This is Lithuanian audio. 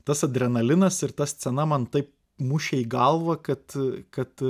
tas adrenalinas ir ta scena man taip mušė į galvą kad kad